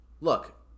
Look